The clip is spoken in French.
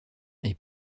est